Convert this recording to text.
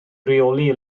rheoli